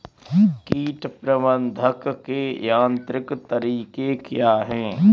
कीट प्रबंधक के यांत्रिक तरीके क्या हैं?